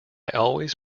always